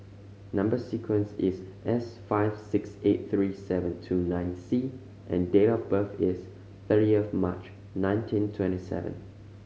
number sequence is S five six eight three seven two nine C and date of birth is thirtieth March nineteen twenty seven